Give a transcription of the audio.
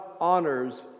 honors